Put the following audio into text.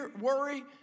worry